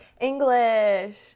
English